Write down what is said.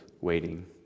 waiting